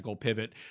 pivot